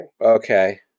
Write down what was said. Okay